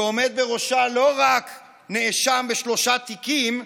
שעומד בראשה לא רק נאשם בשלושה תיקים,